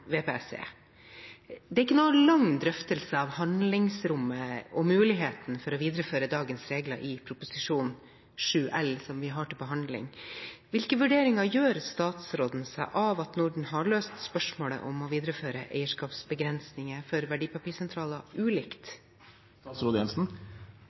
Det er ikke noen lang drøftelse av handlingsrommet og muligheten for å videreføre dagens regler i Prop. 7 L, som vi har til behandling. Hvilke vurderinger gjør statsråden seg av at Norden har løst spørsmålet om å videreføre eierskapsbegrensninger for verdipapirsentraler